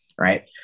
right